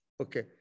Okay